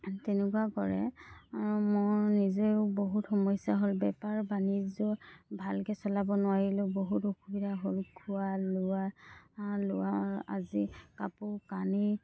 তেনেকুৱা কৰে মোৰ নিজেও বহুত সমস্যা হ'ল বেপাৰ বাণিজ্য ভালকৈ চলাব নোৱাৰিলোঁ বহুত অসুবিধা হ'ল খোৱা লোৱা লোৱা আজি কাপোৰ কানি